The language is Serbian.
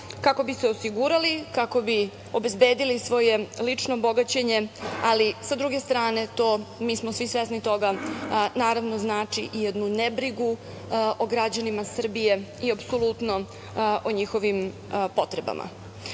kako bi se osigurali, kako bi obezbedili svoje lično bogaćenje, ali sa druge strane to, mi smo svi svesni toga, naravno znači jednu nebrigu o građanima Srbije i apsolutno o njihovim potrebama. Iz